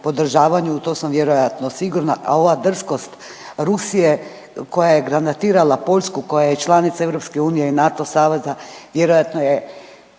u to sam vjerojatno sigurna.